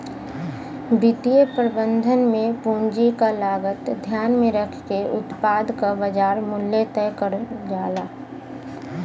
वित्तीय प्रबंधन में पूंजी क लागत ध्यान में रखके उत्पाद क बाजार मूल्य तय करल जाला